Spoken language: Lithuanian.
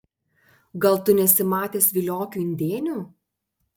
gal tu nesi matęs viliokių indėnių